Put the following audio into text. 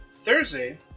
Thursday